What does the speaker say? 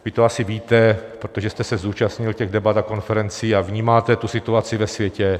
Vy to asi víte, protože jste se zúčastnil těch debat a konferencí a vnímáte situaci ve světě.